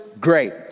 great